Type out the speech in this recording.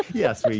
yes.